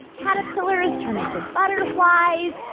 caterpillars turn into butterflies.